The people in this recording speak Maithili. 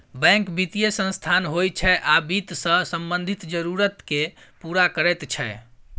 बैंक बित्तीय संस्थान होइ छै आ बित्त सँ संबंधित जरुरत केँ पुरा करैत छै